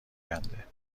آینده